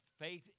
faith